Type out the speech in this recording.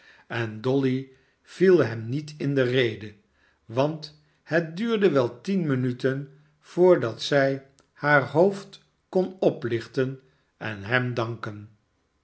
en dohy viel hem niet in de rede want het duurde wel tien minuten voordat zij haar hoofd kon oplichten en hem danken